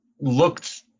looked